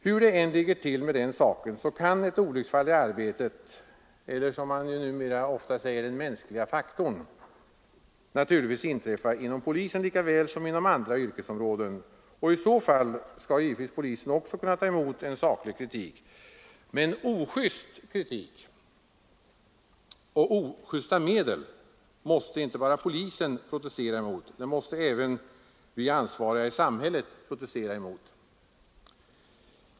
Hur det än ligger till med den saken, kan ett olycksfall i arbetet — man talar också om den mänskliga faktorn — naturligtvis inträffa inom polisen lika väl som inom andra yrkesområden, och i så fall skall givetvis polisen också kunna ta emot en saklig kritik. Men ojust kritik och ojusta medel måste inte bara polisen protestera mot, det måste även de ansvariga i samhället protestera mot.